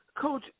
Coach